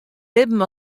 libben